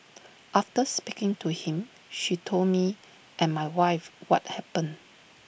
after speaking to him she told me and my wife what happened